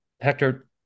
Hector